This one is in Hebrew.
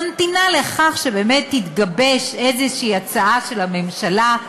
ממתינה לכך שבאמת תתגבש איזו הצעה של הממשלה,